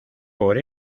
por